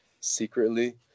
secretly